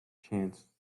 chance